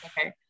Okay